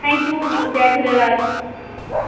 thank you जय झूलेलाल